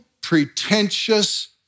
pretentious